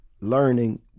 learning